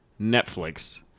Netflix